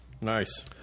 Nice